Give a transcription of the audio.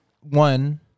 One